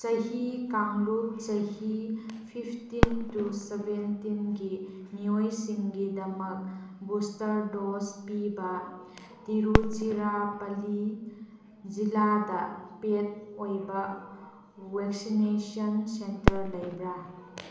ꯆꯍꯤ ꯀꯥꯡꯂꯨꯞ ꯆꯍꯤ ꯐꯤꯞꯇꯤꯟ ꯇꯨ ꯁꯕꯦꯟꯇꯤꯟꯒꯤ ꯃꯤꯑꯣꯏꯁꯤꯡꯒꯤꯗꯃꯛ ꯕꯨꯁꯇꯔ ꯗꯣꯁ ꯄꯤꯕ ꯇꯤꯔꯨꯆꯤꯔꯥꯄꯜꯂꯤ ꯖꯤꯜꯂꯥꯗ ꯄꯦꯗ ꯑꯣꯏꯕ ꯚꯦꯛꯁꯤꯅꯦꯁꯟ ꯁꯦꯟꯇꯔ ꯂꯩꯕ꯭ꯔꯥ